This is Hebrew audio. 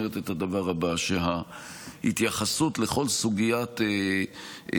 אומרת את הדבר הבא: ההתייחסות לכל הסוגיה של דחייה,